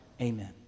Amen